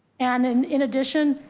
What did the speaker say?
and in, in addition,